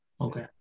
Okay